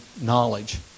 knowledge